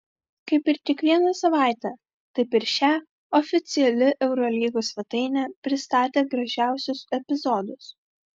kaip ir kiekvieną savaitę taip ir šią oficiali eurolygos svetainė pristatė gražiausius epizodus